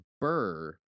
Burr